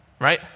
right